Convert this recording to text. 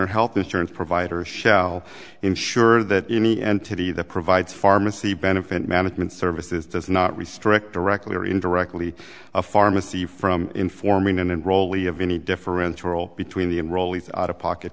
or health insurance provider shell insure that any entity that provides pharmacy benefit management services does not restrict directly or indirectly a pharmacy from informing and rollie of any differential between the enrollees thought of pocket